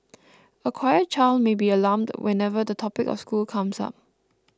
a quiet child may be alarmed whenever the topic of school comes up